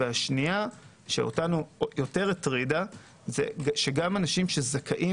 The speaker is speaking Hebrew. והשנייה - שאותנו יותר הטרידה שגם אנשים שזכאים